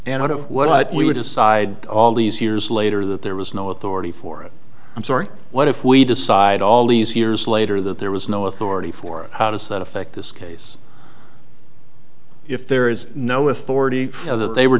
know what we would decide all these years later that there was no authority for it i'm sorry what if we decide all these years later that there was no authority for how does that affect this case if there is no authority that they were